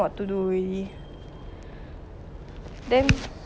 then what do you want to do other then work